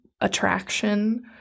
attraction